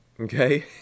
Okay